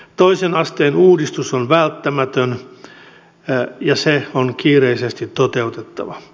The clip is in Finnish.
toisen asteen uudistus on välttämätön ja se on kiireisesti toteutettava